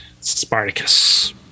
Spartacus